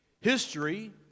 History